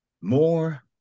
More